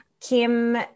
Kim